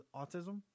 autism